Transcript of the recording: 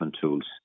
tools